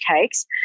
cakes